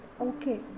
okay